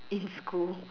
in school